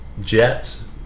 Jets